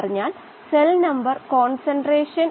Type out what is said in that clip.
പിന്നീട് മീഡിയത്തിന്റെ പി